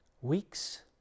Weeks